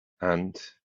and